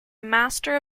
master